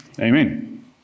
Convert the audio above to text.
amen